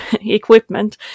equipment